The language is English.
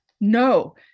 no